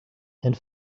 and